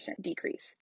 decrease